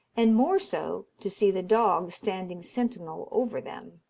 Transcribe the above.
and more so to see the dog standing sentinel over them.